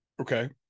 Okay